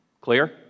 Clear